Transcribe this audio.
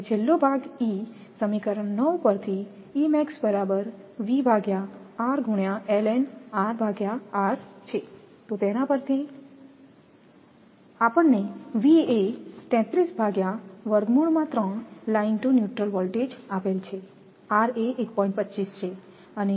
હવે છેલ્લો ભાગ e સમીકરણ 9 પરથી તેથી V એ લાઇન ટુ ન્યુટ્રલ વોલ્ટેજ છે r એ 1